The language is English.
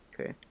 Okay